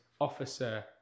officer